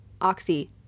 oxy